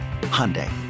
Hyundai